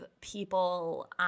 people